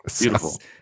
Beautiful